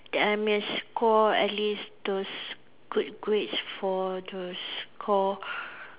that I may score at least those good grades for the score